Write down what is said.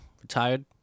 retired